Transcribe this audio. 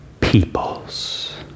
peoples